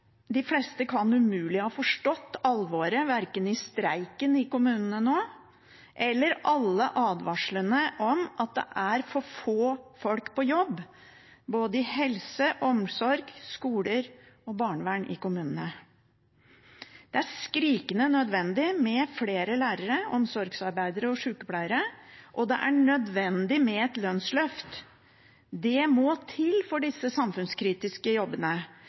de fleste umulig kan ha forstått alvoret, hverken i streiken i kommunene nå eller i alle advarslene om at det er for få folk på jobb innen både helse, omsorg, skoler og barnevern i kommunene. Det er skrikende nødvendig med flere lærere, omsorgsarbeidere og sykepleiere, og det er nødvendig med et lønnsløft. Det må til for disse samfunnskritiske jobbene,